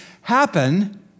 happen